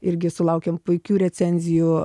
irgi sulaukėm puikių recenzijų